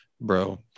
bro